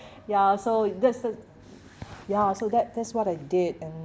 ya so that's the ya so that that's what I did you know